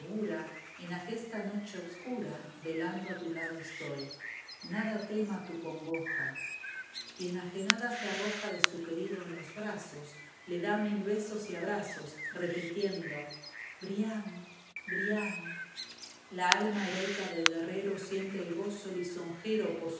en aquesta noche oscura velando a tu lado estoy nada tema tu congoja y enajenada se arroja de su querido en los brazos le dá mil besos y abrazos la cautiva repitiendo brian mi brian la alma heroica del guerrero siente el gozo lisonjero por